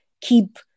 keep